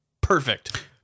Perfect